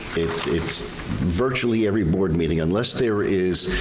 it's virtually every board meeting unless there is